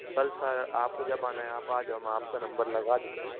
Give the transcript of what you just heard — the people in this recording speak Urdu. کل سر آپ کو جب آنا ہے آپ آ جاؤ میں آپ کا نمبر لگا دیتا ہوں